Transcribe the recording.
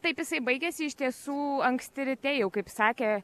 taip jisai baigėsi iš tiesų anksti ryte jau kaip sakė